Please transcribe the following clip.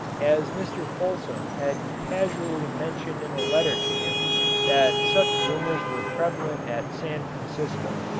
as mr. fulsom had casually mentioned in a letter to him that such rumours were prevalent at san francisco.